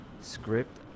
script